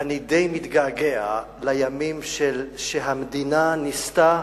אני די מתגעגע לימים שבהם המדינה ניסתה